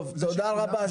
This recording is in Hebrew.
טוב, תודה רבה.